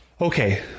okay